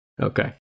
Okay